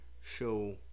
show